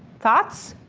thoughts?